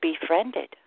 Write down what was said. befriended